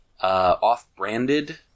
off-branded